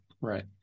right